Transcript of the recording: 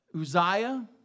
Uzziah